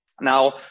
Now